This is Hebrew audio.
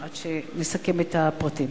עד שנסכם את הפרטים.